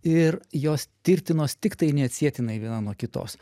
ir jos tirtinos tiktai neatsitiktinai viena nuo kitos